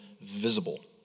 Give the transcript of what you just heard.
visible